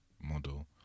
model